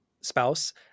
spouse